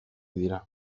dira